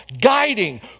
guiding